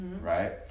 right